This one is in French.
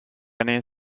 année